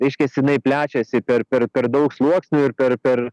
reiškias jinai plečiasi per per per daug sluoksnių ir per per